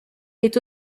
est